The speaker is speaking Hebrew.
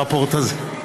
הרפורט הזה.